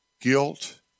guilt